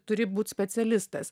turi būti specialistas